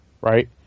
right